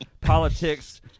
politics